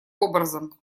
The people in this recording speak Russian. образом